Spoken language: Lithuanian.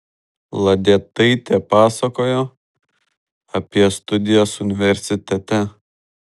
ladietaitė pasakojo apie studijas universitete